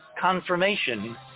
confirmation